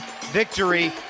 victory